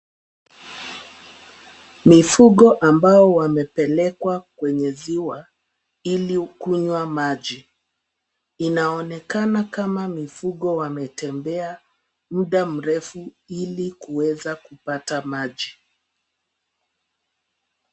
Mifugo ambao wamepelekwa kwenye ziwa ili kunywa maji. Inaonekana kama mifugo wametembea muda mrefu ili kuweza kupata maji.